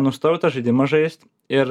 nustojau tą žaidimą žaist ir